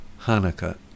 Hanukkah